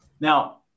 Now